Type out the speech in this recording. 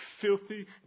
filthy